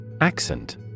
Accent